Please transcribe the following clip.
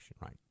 right